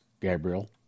Gabriel